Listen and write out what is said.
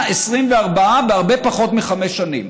124, בהרבה פחות מחמש שנים.